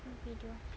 ni video